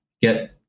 get